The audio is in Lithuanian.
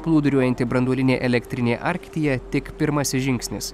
plūduriuojanti branduolinė elektrinė arktyje tik pirmasis žingsnis